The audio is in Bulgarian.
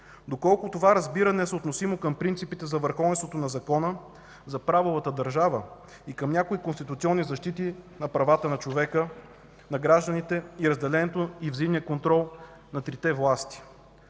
Доколко това разбиране е съотносимо към принципите за върховенството на закона, за правовата държава и към някои конституционни защити на правата на човека, на гражданите и разделението, и взаимния контрол на трите власти?